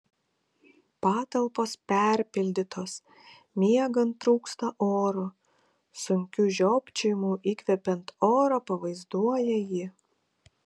patalpos perpildytos miegant trūksta oro sunkiu žiopčiojimu įkvepiant orą pavaizduoja ji